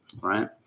right